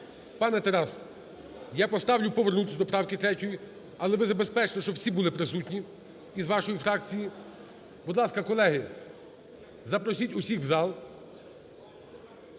Пане Тарас, я поставлю повернутися до правки 3, але ви забезпечте, щоб всі були присутні із вашої фракції. Будь ласка, колеги, запросіть усіх в зал.